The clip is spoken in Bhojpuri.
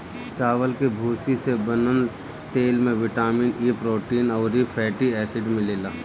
चावल के भूसी से बनल तेल में बिटामिन इ, प्रोटीन अउरी फैटी एसिड मिलेला